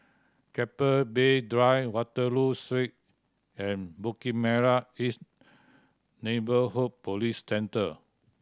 Keppel Bay Drive Waterloo Street and Bukit Merah East Neighbourhood Police Centre